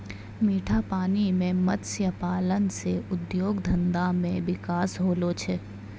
मीठा पानी मे मत्स्य पालन से उद्योग धंधा मे बिकास होलो छै